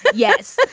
but yes.